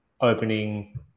opening